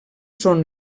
són